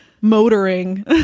motoring